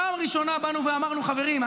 פעם ראשונה באנו ואמרנו: חברים,